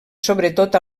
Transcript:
sobretot